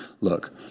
Look